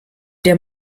der